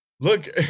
Look